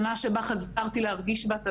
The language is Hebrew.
שנה שבה חזרתי להרגיש בת אדם,